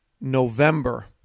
November